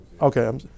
Okay